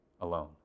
alone